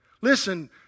Listen